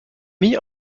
mit